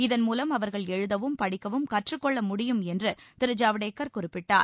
இதன்மூலம் அவர்கள் எழுதவும் படிக்கவும் கற்றுக் கொள்ள முடியும் என்று திரு ஜவ்டேகர் குறிப்பிட்டார்